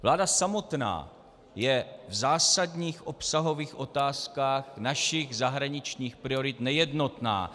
Vláda samotná je v zásadních obsahových otázkách našich zahraničních priorit nejednotná.